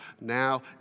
now